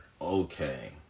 Okay